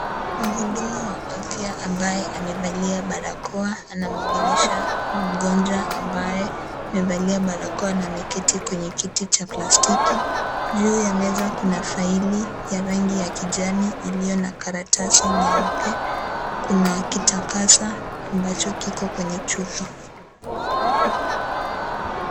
Mhudumu wa afya ambaye amevalia barakoa anamwongelesha mgonjwa ambaye amevalia barakoa na ameketi kwenye kiti cha plastiki. Juu ya meza kuna faili ambayo ni ya rangi ya kijani iliyo na karatasi nyeupe. Kuna kitakasa ambacho kiko kwenye chupa.